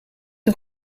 een